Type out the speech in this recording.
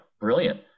brilliant